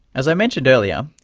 as i mentioned earlier,